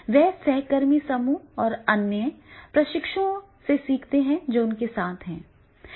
वे सहकर्मी समूह और अन्य प्रशिक्षुओं से सीखते हैं जो उनके साथ हैं